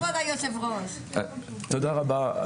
תודה רבה,